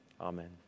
Amen